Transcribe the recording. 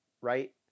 right